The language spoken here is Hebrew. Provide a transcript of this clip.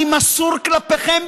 אני מסור כלפיכם